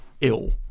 ill